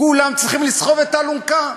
כולם צריכים לסחוב את האלונקה.